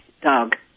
dog